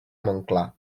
montclar